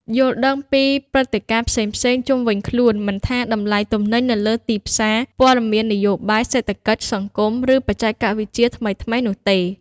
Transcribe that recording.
យល់ដឹងពីព្រឹត្តិការណ៍ផ្សេងៗជុំវិញខ្លួន មិនថាតម្លៃទំនិញនៅលើទីផ្សារ ព័ត៌មាននយោបាយ សេដ្ឋកិច្ច សង្គម ឬបច្ចេកវិទ្យាថ្មីៗនោះទេ។